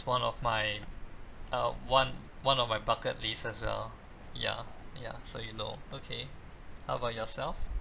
one of my uh one one of my bucket list as well ya ya so you know okay how about yourself